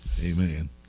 amen